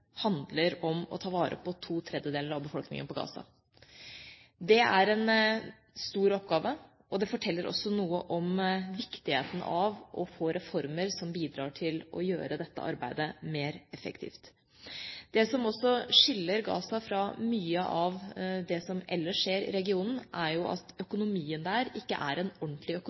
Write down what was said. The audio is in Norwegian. handler om å ta vare på to tredjedeler av befolkningen i Gaza. Det er en stor oppgave, og det forteller også noe om viktigheten av å få reformer som bidrar til å gjøre dette arbeidet mer effektivt. Det som også skiller Gaza fra mye av det som ellers skjer i regionen, er jo at økonomien der ikke er en ordentlig